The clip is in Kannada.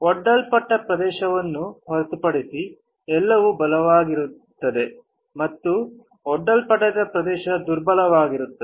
ಒಡ್ಡಲ್ಪಟ್ಟ ಪ್ರದೇಶವನ್ನು ಹೊರತುಪಡಿಸಿ ಎಲ್ಲವೂ ಬಲವಾಗಿರುತ್ತದೆ ಮತ್ತು ಒಡ್ಡಲ್ಪಡದ ಪ್ರದೇಶ ದುರ್ಬಲವಾಗಿರುತ್ತದೆ